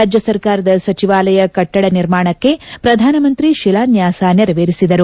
ರಾಜ್ಯ ಸರ್ಕಾರದ ಸಚಿವಾಲಯ ಕಟ್ಟಡ ನಿರ್ಮಾಣಕ್ಕೆ ಪ್ರಧಾನಮಂತ್ರಿ ಶಿಲಾನ್ನಾಸ ನೆರವೇರಿಸಿದರು